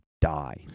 die